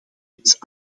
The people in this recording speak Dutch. reeds